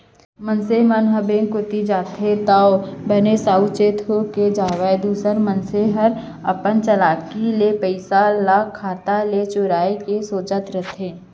मनसे मन ह बेंक कोती जाथे त बने साउ चेत होके जावय दूसर मनसे हर अपन चलाकी ले पइसा ल खाता ले चुराय के सोचत रहिथे